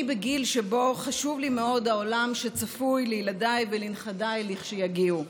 אני בגיל שבו חשוב לי מאוד העולם שצפוי לילדיי ולנכדיי לכשיגיעו,